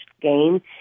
game